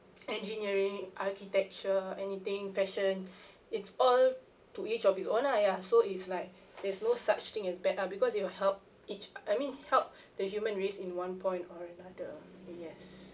engineering architecture anything fashion it's all to each of its own lah ya so it's like there's no such thing as bad art because it will help each I mean help the human race in one point or another yes